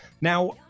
now